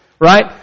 right